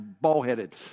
ball-headed